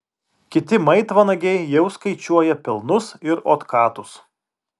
kiti maitvanagiai jau skaičiuoja pelnus ir otkatus